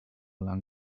longest